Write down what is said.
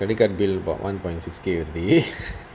credit card bill about one point six K a day